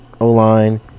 O-line